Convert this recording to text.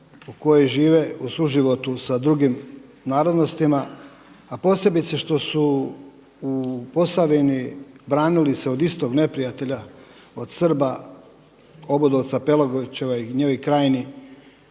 u kojoj žive u suživotu sa drugim narodnostima a posebice što su u Posavini branili se od istog neprijatelja od Srba, Obudovca, Pelagićeva i …/Govornik